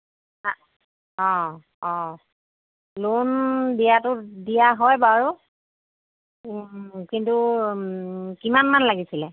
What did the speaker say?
অঁ অঁ অঁ লোন দিয়াটো দিয়া হয় বাৰু কিন্তু কিমান মান লাগিছিলে